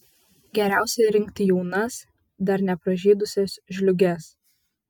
geriausia rinkti jaunas dar nepražydusias žliūges